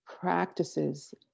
practices